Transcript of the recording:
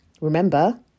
Remember